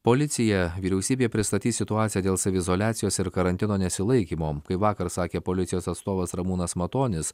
policija vyriausybėje pristatys situaciją dėl saviizoliacijos ir karantino nesilaikymo kaip vakar sakė policijos atstovas ramūnas matonis